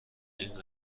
این